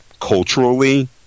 culturally